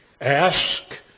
Ask